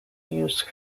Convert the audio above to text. use